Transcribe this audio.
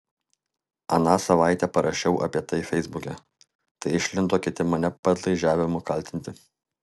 aną savaitę parašiau apie tai feisbuke tai išlindo kiti mane padlaižiavimu kaltinti